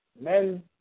men